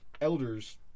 elders